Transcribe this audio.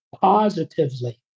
positively